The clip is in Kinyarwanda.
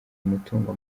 umutungo